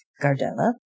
Gardella